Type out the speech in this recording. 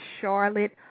Charlotte